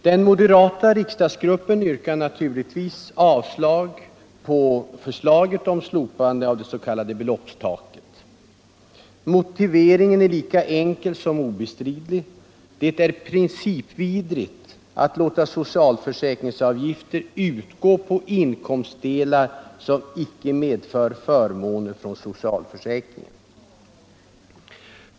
Den moderata : riksdagsgruppen yrkar naturligtvis avslag på förslaget om slopande av det s.k. beloppstaket. Motiveringen är lika enkel som obestridlig: det är principvidrigt att låta socialförsäkringsavgifter utgå på inkomstdelar som icke medför förmåner från socialförsäkringen.